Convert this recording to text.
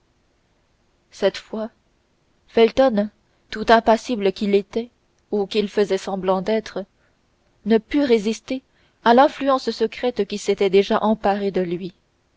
cette fois felton tout impassible qu'il était ou qu'il faisait semblant d'être ne put résister à l'influence secrète qui s'était déjà emparée de lui